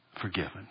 Forgiven